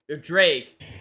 Drake